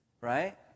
right